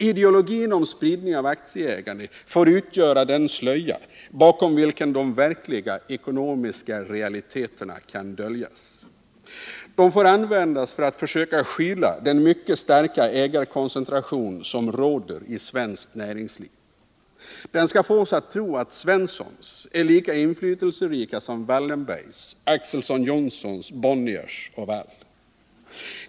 Ideologin om spridning av aktieägande får utgöra den slöja bakom vilken de verkliga ekonomiska realiteterna kan döljas. Den får användas för att försöka skyla den mycket starka ägarkoncentration som råder i svenskt näringsliv. Den skall få oss att tro att Svenssons är lika inflytelserika som Wallenbergs, Axelsson-Johnssons, Bonniers och Walls.